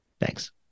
Thanks